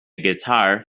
guitar